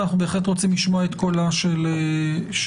ואנחנו בהחלט רוצים לשמוע את קולה של הרשות.